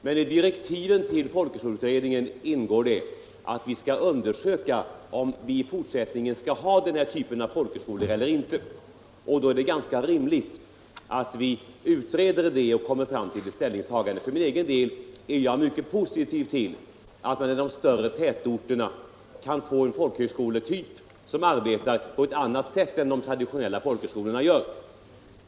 Men i direktiven för folkhögskoleutredningen ingår att denna skall undersöka, om vi i fortsättningen skall ha denna typ av folkhögskolor eller inte, och utredningen skall följaktligen ta ställning till detta. För min egen del är jag mycket positiv till att man inom de större tätorterna har en folkhögskoletyp som arbetar på ett annat sätt än de traditionella folkhögskolorna gör.